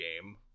game